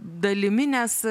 dalimi nes